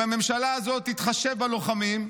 אם הממשלה הזאת תתחשב בלוחמים,